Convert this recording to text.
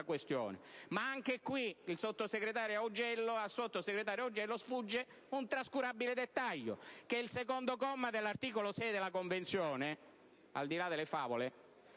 questione. Ma al sottosegretario Augello sfugge un trascurabile dettaglio: il comma 2 dell'articolo 6 della Convenzione, al di là delle favole,